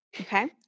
Okay